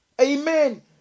Amen